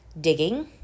digging